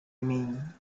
mean